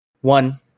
one